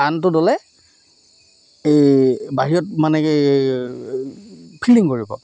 আনটো দলে এই বাহিৰত মানে কি ফিলিং কৰিব